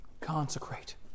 Consecrate